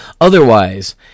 Otherwise